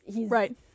right